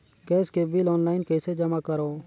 Gas के bill online कइसे जमा करव?